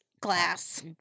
glass